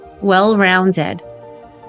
well-rounded